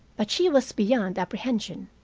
but she was beyond apprehension.